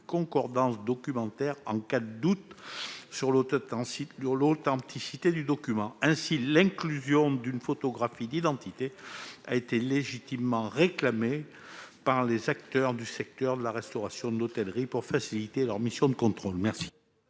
concordance documentaire en cas de doute sur l'authenticité du document. Rappelons que l'inclusion d'une photographie d'identité a été légitimement réclamée par les acteurs du secteur de la restauration et de l'hôtellerie pour faciliter leur mission de contrôle. Les